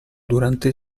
durante